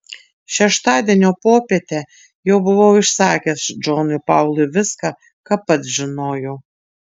šeštadienio popietę jau buvau išsakęs džonui paului viską ką pats žinojau